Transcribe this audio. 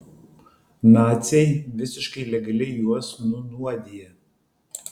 naciai visiškai legaliai juos nunuodija